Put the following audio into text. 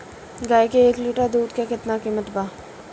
गाय के एक लीटर दूध के कीमत केतना बा?